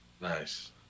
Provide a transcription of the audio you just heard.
Nice